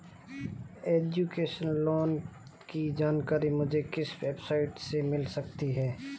Education loan की जानकारी मुझे किस वेबसाइट से मिल सकती है?